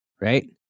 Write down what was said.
right